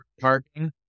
parking